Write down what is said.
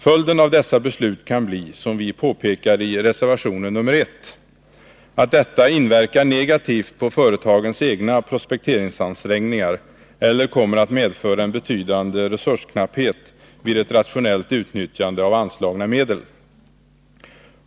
Följden av dessa beslut kan bli, som vi påpekar i reservation nr 1, att detta inverkar negativt på företagens egna prospekteringsansträngningar eller kommer att medföra en betydande resursknapphet vid ett rationellt utnyttjande av anslagna medel.